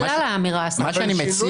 בגלל האמירה הזאת.